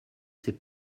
sait